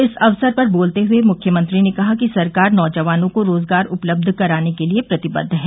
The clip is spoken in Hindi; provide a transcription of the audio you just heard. इस अवसर पर बोलते हुए मुख्यमंत्री ने कहा कि सरकार नौजवानों को रोजगार उपलब्ध कराने के लिये प्रतिबद्ध है